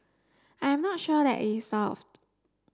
I'm not sure that it solved